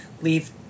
leave